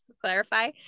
clarify